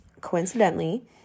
Coincidentally